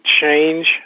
change